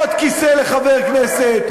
עוד כיסא לחבר כנסת,